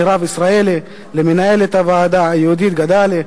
מירב ישראלי, למנהלת הוועדה, יהודית גידלי,